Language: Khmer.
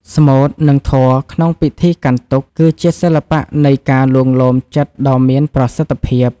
ស្មូត និងធម៌ក្នុងពិធីកាន់ទុក្ខ គឺជាសិល្បៈនៃការលួងលោមចិត្តដ៏មានប្រសិទ្ធភាព។